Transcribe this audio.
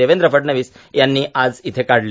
देवेंद्र फडणवीस यांनी आज इथं काढले